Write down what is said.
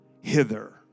hither